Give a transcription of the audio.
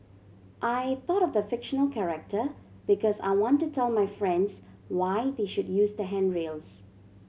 I thought of the fictional character because I want to tell my friends why they should use the handrails